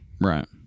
Right